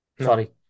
Sorry